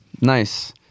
Nice